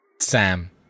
Sam